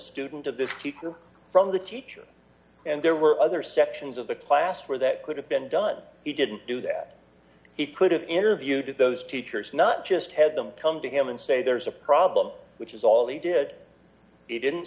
student of this keep them from the teacher and there were other sections of the class where that could have been done he didn't do that he could have interviewed those teachers not just had them come to him and say there's a problem which is all he did it didn't